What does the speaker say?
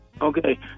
Okay